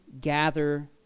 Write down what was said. gather